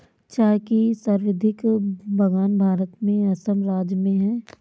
चाय के सर्वाधिक बगान भारत में असम राज्य में है